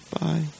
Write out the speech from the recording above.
Bye